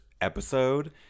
episode